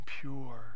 pure